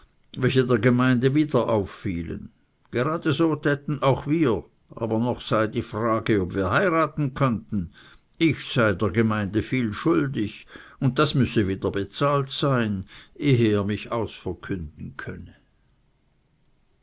welche der gemeinde wieder auffielen gerade so täten auch wir aber noch sei die frage ob wir heiraten könnten ich sei der gemeinde viel schuldig und das müsse wieder bezahlt sein ehe er mich ausverkünden könne